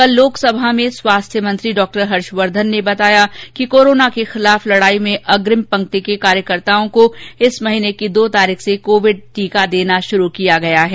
कल लोकसभा में स्वास्थ्य मंत्री डॉक्टर हर्षवर्धन ने बताया कि कोरोना के खिलाफ लडाई में अग्रिम पंक्ति के कार्यकर्ताओं को इस महीने की दो तारीख से कोविड टीका देना शुरू कर दिया गया है